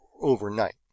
overnight